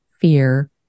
fear